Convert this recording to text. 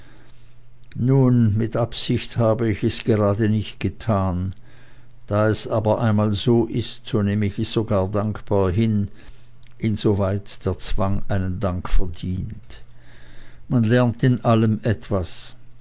nun mit absicht habe ich es gerade nicht getan da es aber einmal so ist so nehm ich es sogar dankbar hin insoweit der zwang einen dank verdient man lernt an allem etwas